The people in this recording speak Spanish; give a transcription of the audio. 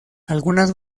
algunas